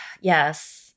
Yes